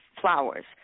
flowers